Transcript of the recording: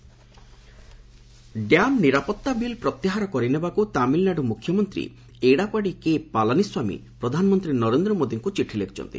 TN CM dam ନିରାପଭା bill ପ୍ରତ୍ୟାହାର କରିନେବାକୁ ତାମିଲନାଡୁ ମୁଖ୍ୟମନ୍ତ୍ରୀ ଏଡାପାଡି କେପାଲାନିସ୍ୱାମୀ ପ୍ରଧାନମନ୍ତ୍ରୀ ନରେନ୍ଦ୍ର ମୋଦିଙ୍କୁ ଚିଠି ଲେଖିଛନ୍ତି